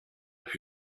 who